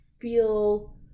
feel